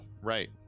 right